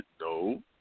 No